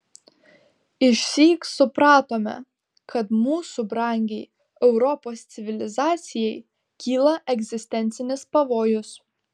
išsyk supratome kad mūsų brangiai europos civilizacijai kyla egzistencinis pavojus